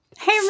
hey